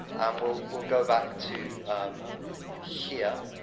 um we'll we'll go back to here.